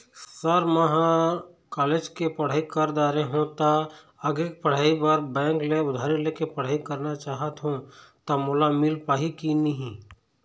Sir म ह college के पढ़ाई कर दारें हों ता आगे के पढ़ाई बर बैंक ले उधारी ले के पढ़ाई करना चाहत हों ता मोला मील पाही की नहीं?